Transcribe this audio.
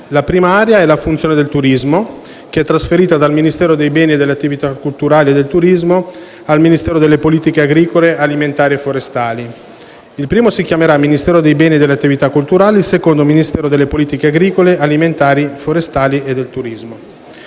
La prima area è la funzione del turismo, che è trasferita dal Ministero dei beni e delle attività culturali e del turismo al Ministero delle politiche agricole, alimentari e forestali. Il primo si chiamerà Ministero dei beni e delle attività culturali, il secondo Ministero delle politiche agricole, alimentari e forestali e del turismo.